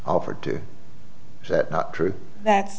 offered to set not true that's